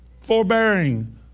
forbearing